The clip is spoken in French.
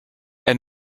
elle